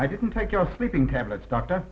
i didn't take your sleeping tablets doctor